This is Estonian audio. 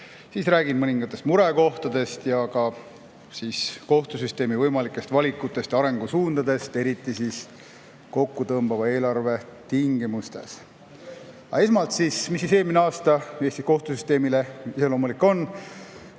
siis räägin mõningatest murekohtadest ja ka kohtusüsteemi võimalikest valikutest ja arengusuundadest, eriti kokku tõmbuva eelarve tingimustes. Aga esmalt, mis siis eelmine aasta Eesti kohtusüsteemile iseloomulik oli?